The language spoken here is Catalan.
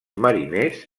mariners